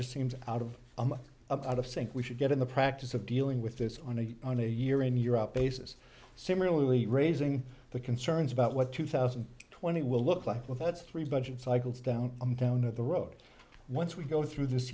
just seems out of out of sync we should get in the practice of dealing with this on a on a year in year out basis similarly raising the concerns about what two thousand and twenty will look like with its three budget cycles down down at the road once we go through this